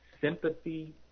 sympathy